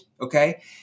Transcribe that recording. okay